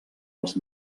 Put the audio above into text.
els